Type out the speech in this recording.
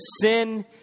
sin